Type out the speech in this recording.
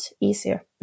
easier